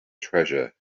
treasure